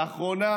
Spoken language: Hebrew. ואחרונה